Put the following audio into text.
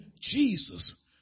Jesus